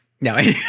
No